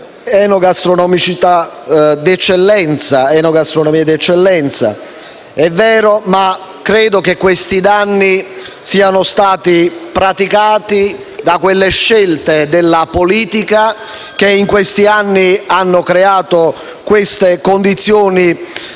enogastronomie di eccellenza. È vero, ma credo che i danni siano stati praticati dalle scelte della politica che in questi anni hanno creato condizioni